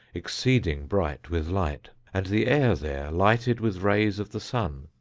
exceeding bright with light, and the air there lighted with rays of the sun,